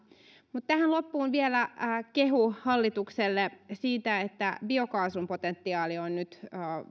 mutta tähän loppuun vielä kehu hallitukselle siitä että biokaasun potentiaali on on nyt